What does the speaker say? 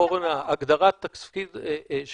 אורנה, הגדרת התפקיד של